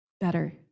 better